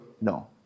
no